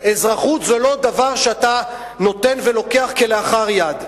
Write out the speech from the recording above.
אזרחות זה לא דבר שאתה נותן ולוקח כלאחר יד,